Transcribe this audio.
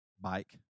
bike